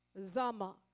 Zama